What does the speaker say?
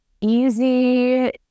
easy